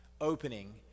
opening